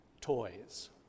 toys